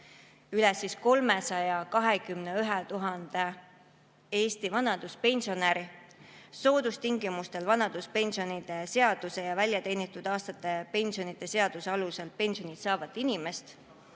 üle 321 000 Eesti vanaduspensionäri, soodustingimustel vanaduspensionide seaduse ja väljateenitud aastate pensionide seaduse alusel pensioni saavat inimest,